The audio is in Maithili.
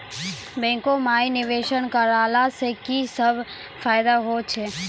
बैंको माई निवेश कराला से की सब फ़ायदा हो छै?